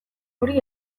hori